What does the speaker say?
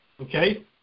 okay